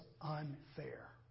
unfair